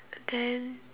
then